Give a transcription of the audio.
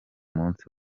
munsi